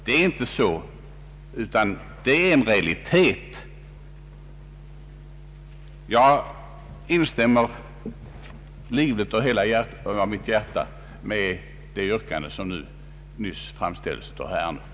Det är inte så, utan den omständigheten att fängelse ingår i straffskalan måste framstå som ett uttryck för lagstiftarens mening att det är fråga om ett kvalificerat brott av sådan svårighetsgrad att det kan förskylla frihetsberövande. Jag instämmer livligt och av hela mitt hjärta uti det yrkande som nyss framställts av herr Ernulf.